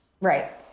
Right